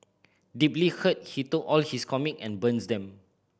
deeply hurt he took all his comic and burns them